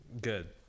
good